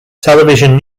television